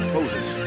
Moses